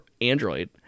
android